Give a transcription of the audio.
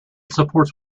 supports